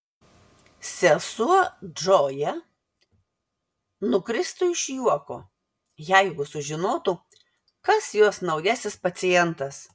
sesuo džoja nukristų iš juoko jeigu sužinotų kas jos naujasis pacientas